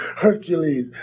Hercules